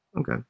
Okay